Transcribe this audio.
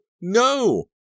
no